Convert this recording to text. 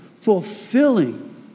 fulfilling